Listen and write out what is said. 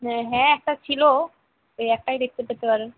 হ্যাঁ হ্যাঁ একটা ছিলো ওই একটাই দেখতে পেতে পারেন